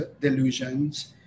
delusions